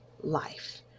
life